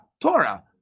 Torah